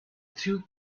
two